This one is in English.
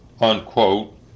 unquote